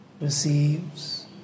receives